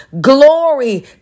glory